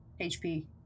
hp